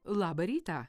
labą rytą